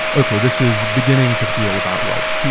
okay, this is beginning to feel about right.